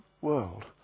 world